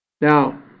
Now